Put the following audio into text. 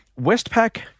Westpac